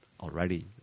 already